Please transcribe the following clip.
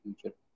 future